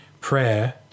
prayer